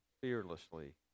fearlessly